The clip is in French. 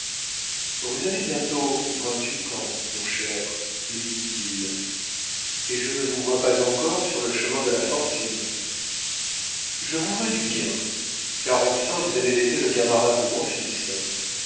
vous avez bientôt vingt-huit ans mon cher lui dit-il et je ne vous vois pas encore sur le chemin de la fortune je vous veux du bien car enfin vous avez été le camarade de mon fils